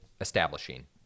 establishing